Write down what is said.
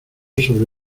sobre